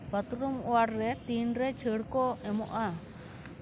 bathroom ᱳᱣᱟᱲ ᱨᱮ ᱛᱤᱱᱨᱮ ᱪᱷᱟᱹᱲ ᱠᱚ ᱮᱢᱚᱜᱼᱟ